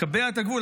לקבע את הגבול,